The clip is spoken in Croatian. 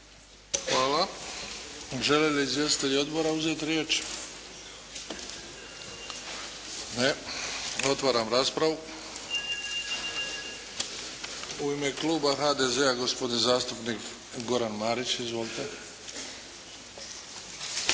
Hvala. Žele li izvjestitelji odbora uzeti riječ? Ne. Otvaram raspravu. U ime kluba HDZ-a gospodin zastupnik Goran Marić. Izvolite.